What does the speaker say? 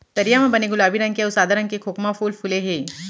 तरिया म बने गुलाबी रंग के अउ सादा रंग के खोखमा फूल फूले हे